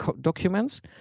documents